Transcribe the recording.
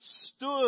stood